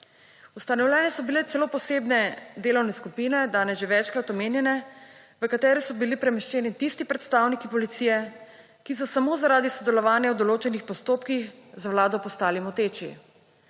Ustanovljene so bile celo posebne delovne skupine, danes že večkrat omenjene, v katere so bili premeščeni tisti predstavniki policije, ki so samo zaradi sodelovanja v določenih postopkih za vlado postali moteči.